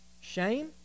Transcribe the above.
shame